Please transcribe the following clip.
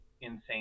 insane